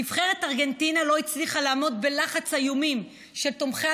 נבחרת ארגנטינה לא הצליחה לעמוד בלחץ האיומים של תומכי